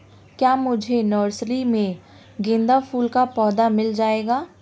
क्या मुझे नर्सरी में गेंदा फूल का पौधा मिल जायेगा?